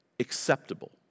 Acceptable